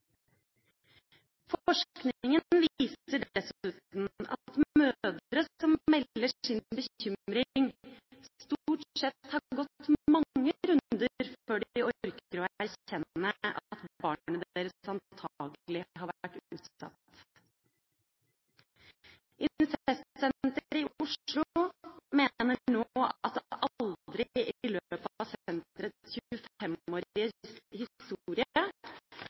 viser dessuten at mødre som melder sin bekymring, stort sett har gått mange runder før de orker å erkjenne at barnet deres antakelig har vært utsatt. Incestsenteret i Oslo mener at